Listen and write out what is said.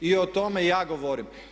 I o tome ja govorim.